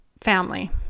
family